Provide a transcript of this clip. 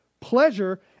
pleasure